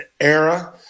era